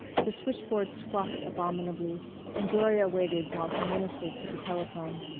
the switchboard squawked abominably and gloria waited while he ministered to the telephone.